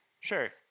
Sure